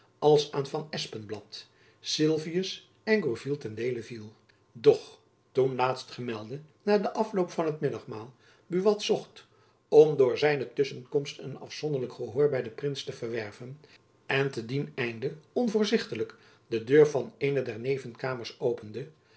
als aan van espenblad sylvius en gourville ten deele viel doch toen laatstgemelde na den afloop van het middagmaal buat zocht om door zijne tusschenkomst een afzonderlijk gehoor by den prins te verwerven en te dien einde onvoorzichtiglijk de deur van eene der nevenkamers opende